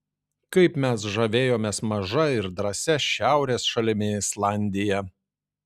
kaip mes žavėjomės maža ir drąsia šiaurės šalimi islandija